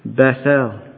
Bethel